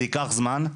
זה ייקח זמן,